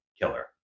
killer